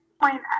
point